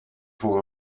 voor